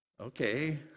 Okay